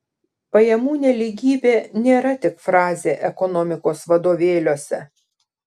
pajamų nelygybė nėra tik frazė ekonomikos vadovėliuose